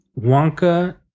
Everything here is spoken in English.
Wonka